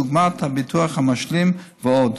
דוגמת הביטוח המשלים ועוד,